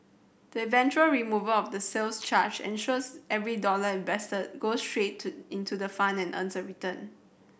the eventual removal of the sales charge ensures every dollar invested goes straight to into the fund and earns return